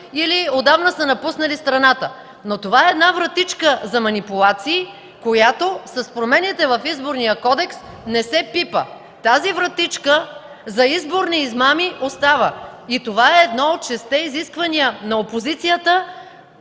Това е едно от шестте изисквания на опозицията